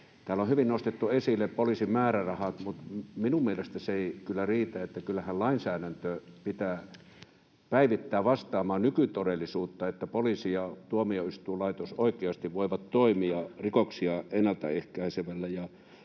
Täällä on hyvin nostettu esille poliisin määrärahat, mutta minun mielestäni se ei kyllä riitä. Kyllähän lainsäädäntö pitää päivittää vastaamaan nykytodellisuutta, niin että poliisi ja tuomioistuinlaitos oikeasti voivat toimia rikoksia ennalta ehkäisevällä